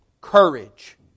courage